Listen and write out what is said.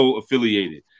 affiliated